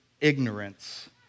ignorance